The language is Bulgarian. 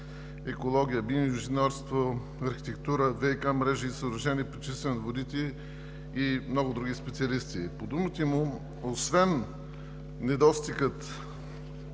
екология, биоинженерство, архитектура, ВиК мрежи и съоръжения, пречистване на водите и много други специалисти. По думите му освен недостигът